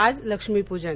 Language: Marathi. आज लक्ष्मीपूजन